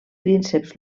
prínceps